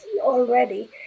already